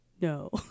No